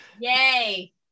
yay